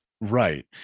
Right